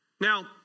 Now